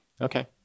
Okay